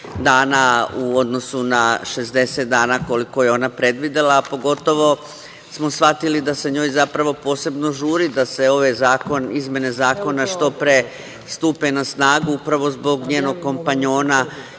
u odnosu na 60 dana koliko je ona predvidela, a pogotovo smo shvatili da se njoj, zapravo, posebno žuri da ove izmene zakona što pre stupe na snagu, upravo zbog njenog kompanjona